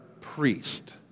priest